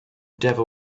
devil